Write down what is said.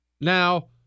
Now